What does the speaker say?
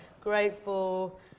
grateful